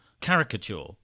caricature